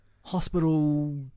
hospital